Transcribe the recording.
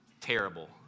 terrible